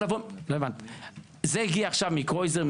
זה הגיע עכשיו מקרויזר,